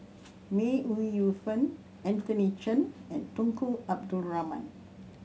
May Ooi Yu Fen Anthony Chen and Tunku Abdul Rahman